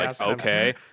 okay